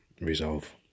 resolve